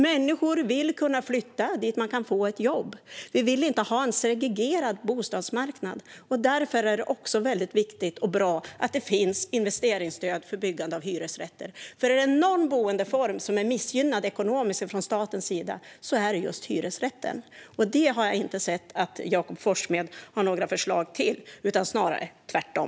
Människor vill kunna flytta dit där de kan få ett jobb. Vi vill inte ha en segregerad bostadsmarknad. Därför är det också mycket viktigt och bra att det finns investeringsstöd för byggande av hyresrätter. Om det är någon boendeform som är missgynnad ekonomiskt från statens sida är det just hyresrätten. Och jag har inte sett att Jakob Forssmed har några förslag om detta, snarare tvärtom.